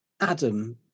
Adam